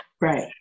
Right